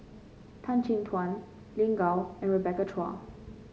Tan Chin Tuan Lin Gao and Rebecca Chua